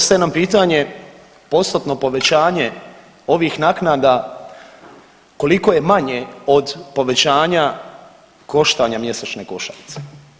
Ostaje nam pitanje postotno povećanje ovih naknada koliko je manje od povećanja koštanja mjesečne košarice.